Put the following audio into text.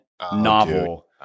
novel